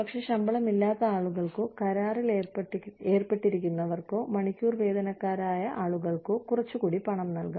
പക്ഷേ ശമ്പളമില്ലാത്ത ആളുകൾക്കോ കരാറിൽ ഏർപ്പെട്ടിരിക്കുന്നവർക്കോ മണിക്കൂർ വേതനക്കാരായ ആളുകൾക്കോ കുറച്ചുകൂടി പണം നൽകാം